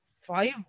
five